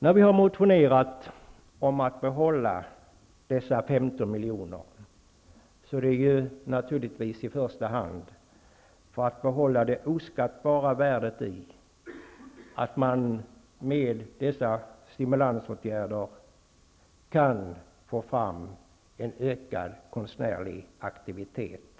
När vi har motionerat om att behålla statsbidraget på 15 milj.kr. har det i första hand varit fråga om att behålla det oskattbara värdet i att med hjälp av dessa stimulansåtgärder få fram en ökad konstnärlig aktivitet.